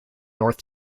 north